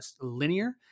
linear